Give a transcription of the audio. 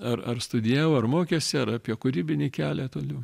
ar ar studijavo ar mokėsi ar apie kūrybinį kelią toliau